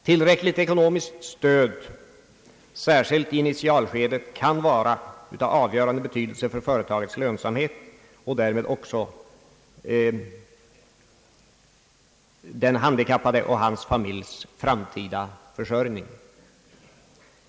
Tillräckligt ekonomiskt stöd, särskilt i initialskedet, kan vara av avgörande betydelse för företagets lönsamhet och därmed också för den handikappades och hans familjs framtida försörjning.